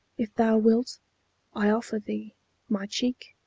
if thou wilt i offer thee my cheek,